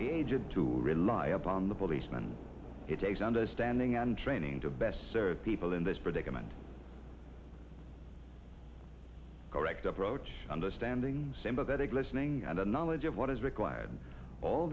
the agent to rely upon the policeman it takes understanding and training to best serve people in this predicament correct approach understanding sympathetic sniffing and a knowledge of what is required all